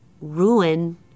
ruin